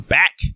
back